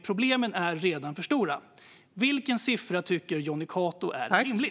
Problemen är redan för stora. Vilken siffra tycker Jonny Cato är rimlig?